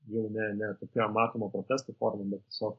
jau ne ne apie matomą protesto forma bet tiesiog